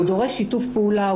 הוא דורש שיתוף פעולה,